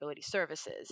services